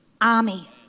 army